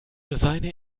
seine